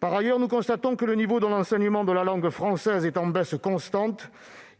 Par ailleurs, nous constatons que le niveau de l'enseignement de la langue française est en baisse constante.